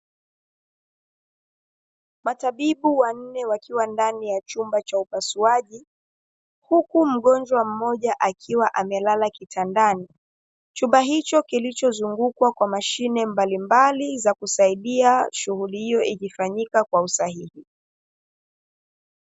Matabibu wanne wakiwa ndani ya chumba cha upasuaji, huku mgonjwa mmoja akiwa amelala kitandani, chumba hicho kilichozungukwa kwa mashine mbalimbali za kusaidia shughuli hiyo ikifanyika kwa usahihi.